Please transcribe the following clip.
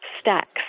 stacks